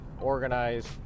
organized